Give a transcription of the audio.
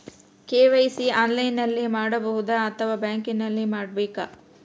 KYC ಆನ್ಲೈನಲ್ಲಿ ಮಾಡಬಹುದಾ ಅಥವಾ ಬ್ಯಾಂಕಿನಲ್ಲಿ ಮಾಡ್ಬೇಕಾ?